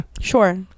Sure